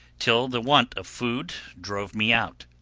till the want of food drove me out.